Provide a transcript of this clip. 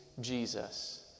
Jesus